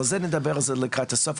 אבל זה נדבר על זה לקראת הסוף.